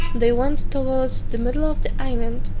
they went towards the middle of the island,